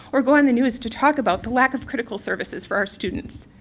or go on the news to talk about the lack of critical services for our students.